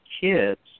kids